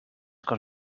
con